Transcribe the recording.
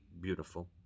beautiful